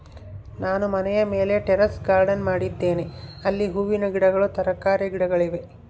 ನಾನು ಮನೆಯ ಮೇಲೆ ಟೆರೇಸ್ ಗಾರ್ಡೆನ್ ಮಾಡಿದ್ದೇನೆ, ಅಲ್ಲಿ ಹೂವಿನ ಗಿಡಗಳು, ತರಕಾರಿಯ ಗಿಡಗಳಿವೆ